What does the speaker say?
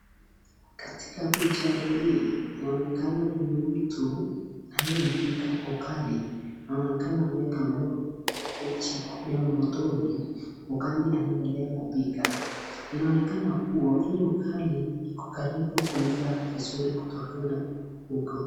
Katika picha hii inaonekana ni mtu aliye pika ugali anonekana ameweka moto Kwa joko motoni ukali inaendelea kupika inaonekana kuwa hii ugali hiki karibu kuifaa vizuri kutokana na uko.